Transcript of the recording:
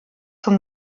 zum